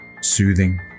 soothing